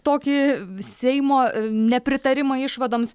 tokį seimo nepritarimą išvadoms